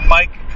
Mike